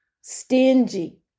stingy